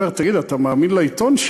הוא אומר: תגיד, אתה מאמין לעיתון?